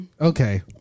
Okay